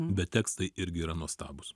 bet tekstai irgi yra nuostabūs